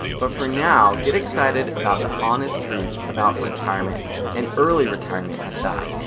but for now, get excited about the honest truth about retirement and early retirement at that!